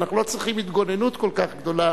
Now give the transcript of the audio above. שאנחנו לא צריכים התגוננות כל כך גדולה